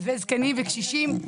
זקנים וקשישים,